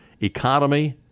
Economy